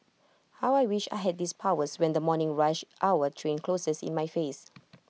how I wish I had these powers when the morning rush hour train closes in my face